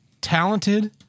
talented